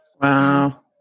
Wow